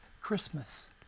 Christmas